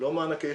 לא מענקי